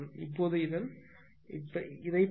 என்பதை இப்போது பார்த்தோம்